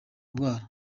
ndwara